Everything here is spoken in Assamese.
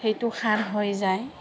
সেইটো সাৰ হৈ যায়